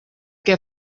què